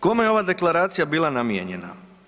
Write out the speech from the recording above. Kome je ova deklaracija bila namijenjena?